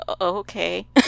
okay